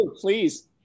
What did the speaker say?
please